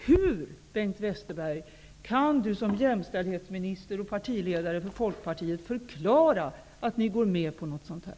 Hur kan Bengt Westerberg som jämställdhetsminister och ledare för Folkpartiet förklara att han och hans parti går med på någonting sådant här?